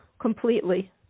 completely